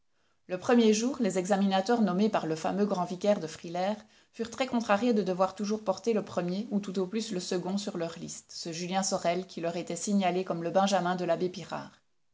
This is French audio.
le premier jour les examinateurs nommés par le fameux grand vicaire de frilair furent très contrariés de devoir toujours porter le premier ou tout au plus le second sur leur liste ce julien sorel qui leur était signalé comme le benjamin de l'abbé pirard